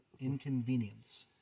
Inconvenience